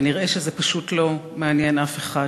ונראה שזה פשוט לא מעניין אף אחד.